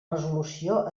resolució